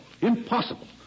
Impossible